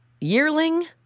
yearling